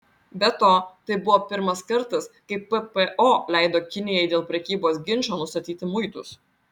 be to tai buvo pirmas kartas kai ppo leido kinijai dėl prekybos ginčo nustatyti muitus